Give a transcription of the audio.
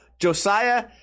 Josiah